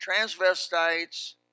transvestites